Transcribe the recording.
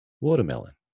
watermelon